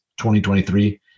2023